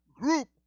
group